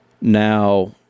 Now